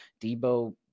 Debo